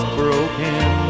broken